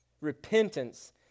Repentance